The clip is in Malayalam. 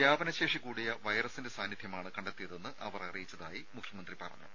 വ്യാപനശേഷി കൂടിയ വൈറസിന്റെ സാന്നിധ്യമാണ് കണ്ടെത്തിയതെന്ന് അവർ അറിയിച്ചതായി മുഖ്യമന്ത്രി പറഞ്ഞു